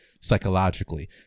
psychologically